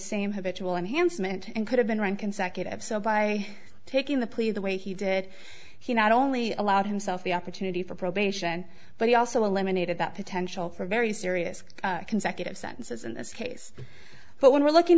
same habitable enhancement and could have been run consecutive so by taking the police the way he did he not only allowed himself the opportunity for probation but he also eliminated that potential for very serious consecutive sentences in this case but when we're looking